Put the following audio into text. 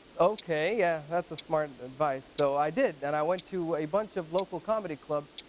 ok, yeah that's smart and advice, so i did! and i went to a bunch of local comedy clubs,